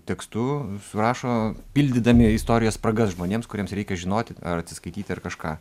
tekstu surašo pildydami istorijos spragas žmonėms kuriems reikia žinoti ar atsiskaityti ar kažką